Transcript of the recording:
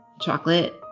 chocolate